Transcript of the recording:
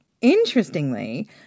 Interestingly